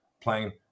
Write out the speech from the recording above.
playing